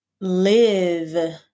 live